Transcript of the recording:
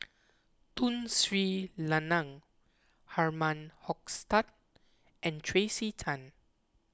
Tun Sri Lanang Herman Hochstadt and Tracey Tan